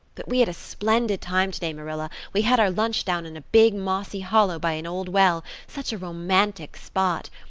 but we had a splendid time today, marilla. we had our lunch down in a big mossy hollow by an old well such a romantic spot.